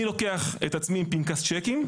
אני לוקח את עצמי עם פנקס צ'קים.